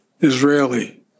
Israeli